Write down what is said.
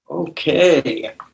Okay